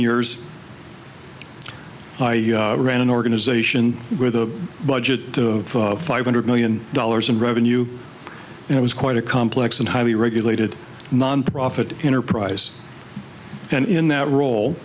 years i ran an organization with a budget five hundred million dollars in revenue and it was quite a complex and highly regulated nonprofit enterprise and in that role